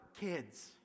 kids